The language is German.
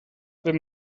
wenn